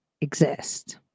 exist